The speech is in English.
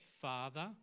father